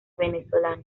venezolano